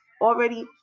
already